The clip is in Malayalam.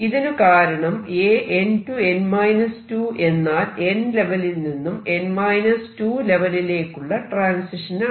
ഇതിനു കാരണം An→n 2 എന്നാൽ n ലെവലിൽ നിന്നും ലെവലിലേക്കുള്ള ട്രാൻസിഷൻ ആണ്